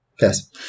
yes